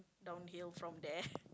downhill from there